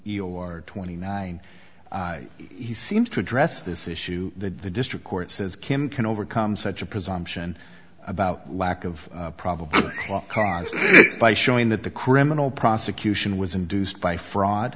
a twenty nine he seems to address this issue that the district court says kim can overcome such a presumption about lack of probable carson by showing that the criminal prosecution was induced by fraud